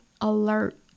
alert